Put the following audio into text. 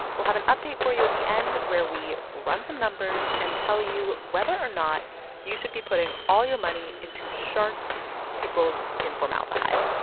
we'll have an update for you at the end where we run some numbers and tell you whether or not you should be putting all your money into sharks pickled in formaldehyde.